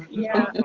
yeah.